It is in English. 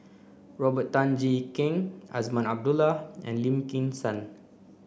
Robert Tan Jee Keng Azman Abdullah and Lim Kim San